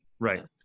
Right